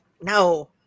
No